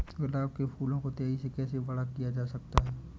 गुलाब के फूलों को तेजी से कैसे बड़ा किया जा सकता है?